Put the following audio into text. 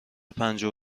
پنجاه